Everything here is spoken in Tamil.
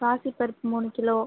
பாசிப்பருப்பு மூணு கிலோ